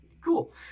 cool